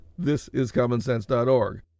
thisiscommonsense.org